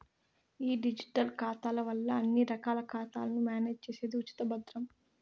ఈ డిజిటల్ ఖాతాల వల్ల అన్ని రకాల ఖాతాలను మేనేజ్ చేసేది ఉచితం, భద్రం